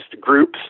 groups